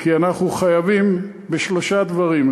כי אנחנו חייבים בשלושה דברים,